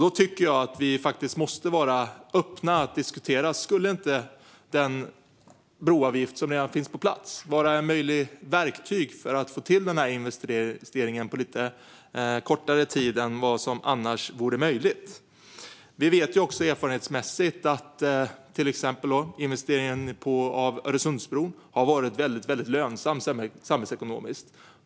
Då tycker jag att vi måste vara öppna för att diskutera om inte den broavgift som finns på plats kan vara ett möjligt verktyg för att få till den där investeringen på lite kortare tid än vad som annars vore möjligt. Vi vet också erfarenhetsmässigt att till exempel investeringen i Öresundsbron har varit väldigt, väldigt lönsam samhällsekonomiskt.